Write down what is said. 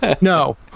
no